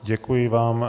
Děkuji vám.